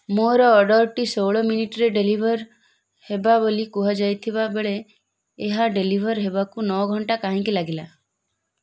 ମୋର ଅର୍ଡ଼ର୍ଟି ଷୋହଳ ମିନିଟ୍ରେ ଡେଲିଭର୍ ହେବ ବୋଲି କୁହାଯାଇଥିବା ବେଳେ ଏହା ଡେଲିଭର୍ ହେବାକୁ ନଅ ଘଣ୍ଟା କାହିଁକି ଲାଗିଲା